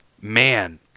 Man